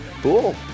cool